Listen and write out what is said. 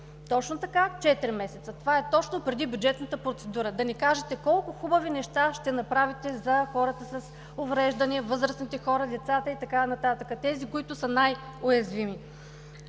Точно така – четири месеца. Това е точно преди бюджетната процедура. Да ни кажете колко хубави неща ще направите за хората с увреждания, възрастните хора, децата и така нататък – тези, които са най-уязвими.